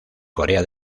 corea